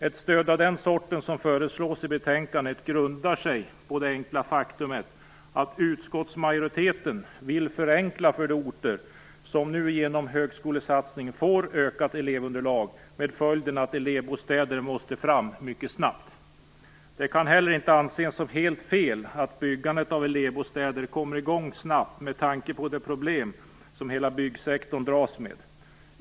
Ett stöd av den sort som föreslås i betänkandet grundar sig på det enkla faktum att utskottsmajoriteten vill förenkla för de orter som nu genom högskolesatsningen får ett ökat elevunderlag, med följden att elevbostäder måste tas fram mycket snabbt. Det kan heller inte anses som helt fel att byggandet av elevbostäder kommer i gång snabb med tanke på de problem som hela byggsektorn dras med.